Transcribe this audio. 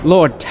Lord